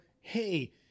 hey